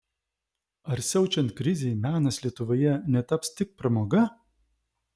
ar siaučiant krizei menas lietuvoje netaps tik pramoga